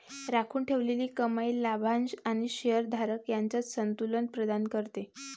राखून ठेवलेली कमाई लाभांश आणि शेअर धारक यांच्यात संतुलन प्रदान करते